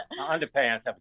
underpants